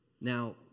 Now